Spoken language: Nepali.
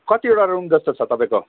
कतिवटा रुम जस्तो छ तपाईँको